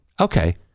Okay